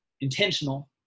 intentional